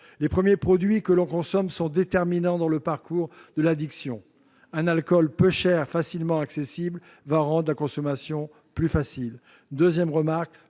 les premiers produits consommés sont déterminants dans le parcours de l'addiction : un alcool peu cher et facilement accessible rend la consommation plus facile. Le mode